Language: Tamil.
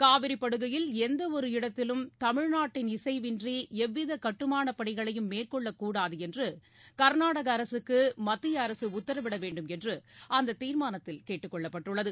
காவிரி படுகையில் எந்த ஒரு இடத்திலும் தமிழ்நாட்டின் இசைவின்றி எவ்வித கட்டுமானப் பணிகளையும் மேற்கொள்ளக்கூடாது என்று கர்நாடக அரசுக்கு மத்திய அரசு உத்தரவிடவேண்டும் என்று அந்த தீர்மானத்தில் கேட்டுக்கொள்ளப்பட்டுள்ளது